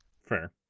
fair